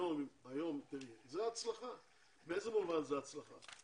היום זו הצלחה, באיזה מובן זה הצלחה?